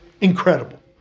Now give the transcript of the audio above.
Incredible